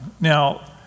now